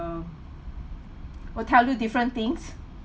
will tell you different things